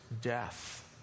death